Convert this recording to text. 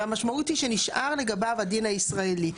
והמשמעות היא שנשאר לגביו הדין הישראלי.